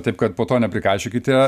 taip kad po to neprikaišiokite